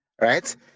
right